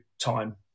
time